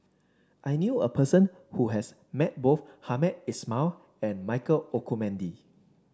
I knew a person who has met both Hamed Ismail and Michael Olcomendy